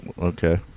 Okay